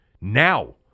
Now